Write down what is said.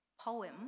poem